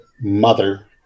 mother